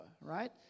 right